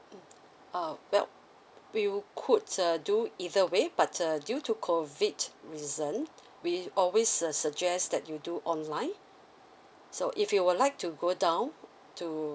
mm err well you could err do either way but err due to COVID reason we always err suggest that you do online so if you would like to go down to